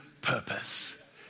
purpose